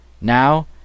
now